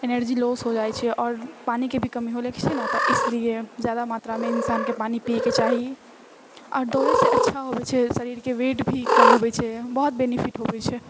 energy loss हो जाइत छै आओर पानिके भी कमी हुए लागैत छै नहि तऽ इसलिए जादा मात्रामे इन्सानके पानि पिऐके चाही आओर दोड़एसँ अच्छा होवैत छै शरीरके वेट भी कम होवैत छै बहुत बेनिफिट होवैत छै